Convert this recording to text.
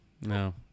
no